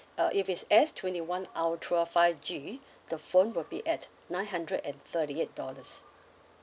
uh if it's S twenty one ultra five G the phone will be at nine hundred and thirty eight dollars